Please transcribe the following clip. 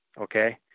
Okay